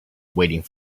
waiting